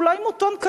אולי עימותון,